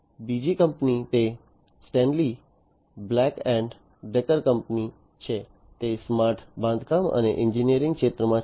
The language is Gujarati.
બીજી કંપની તે Stanley Black and Decker company છે તે સ્માર્ટ બાંધકામ અને એન્જિનિયરિંગ ક્ષેત્રમાં છે